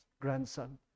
grandson